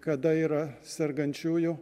kada yra sergančiųjų